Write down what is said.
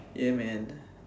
ya man